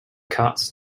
cards